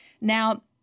Now